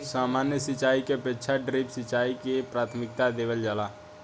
सामान्य सिंचाई के अपेक्षा ड्रिप सिंचाई के प्राथमिकता देवल जाला